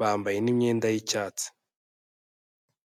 bambaye n'imyenda y'icyatsi.